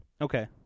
Okay